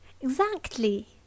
Exactly